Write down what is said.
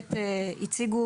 באמת הציגו